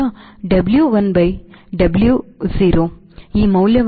ಆದ್ದರಿಂದ W1 Wo ಈ ಮೌಲ್ಯವನ್ನು 0